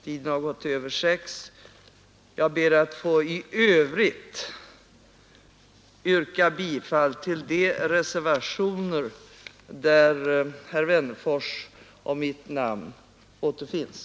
Tiden har gått över 18.00; jag ber att i övrigt få yrka bifall till de reservationer under vilka herr Wennerfors” och mitt namn återfinns.